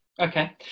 Okay